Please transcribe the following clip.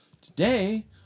today